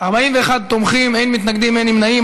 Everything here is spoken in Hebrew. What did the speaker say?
41 תומכים, אין מתנגדים, אין נמנעים.